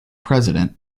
president